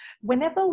whenever